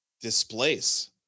displace